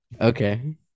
Okay